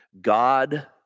God